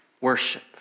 worship